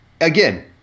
Again